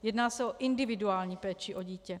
Jedná se o individuální péči o dítě.